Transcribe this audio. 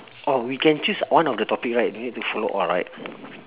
orh we can choose one of the topic right don't need to follow all right